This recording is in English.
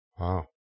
Wow